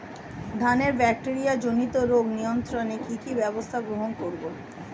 ধানের ব্যাকটেরিয়া জনিত রোগ নিয়ন্ত্রণে কি কি ব্যবস্থা গ্রহণ করব?